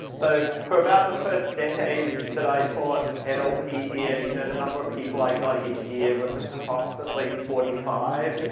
so, for about the first decade that i taught and nlp here, you know the number of people i got each year was approximately forty five.